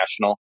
national